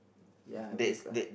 ya big ah